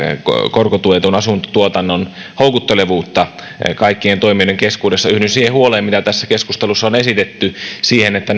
korkotuetun asuntotuotannon houkuttelevuutta kaikkien toimijoiden keskuudessa yhdyn siihen huoleen mitä tässä keskustelussa on esitetty että